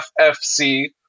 FFC